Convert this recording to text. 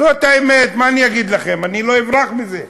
זאת האמת, מה אני אגיד לכם, אני לא אברח מזה,